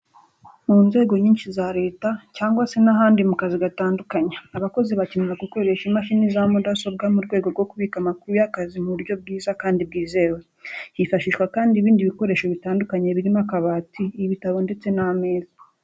Mu nzego nyinshi za leta cyangwa se n'ahandi mu kazi gatandukanye, abakozi bakenera gukoresha imashini za mudasobwa mu rwego rwo kubika amakuru y'akazi mu buryo bwiza kandi bwizewe. Hifashishwa kandi ibindi bikoresho bitandukanye birimo akabati, ibitabo ndetse n'ameza.